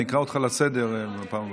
אני אקרא אותך לסדר בפעם הבאה.